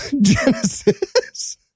Genesis